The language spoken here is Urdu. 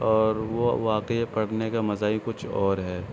اور وہ واقعی پڑھنے کا مزہ ہی کچھ اور ہے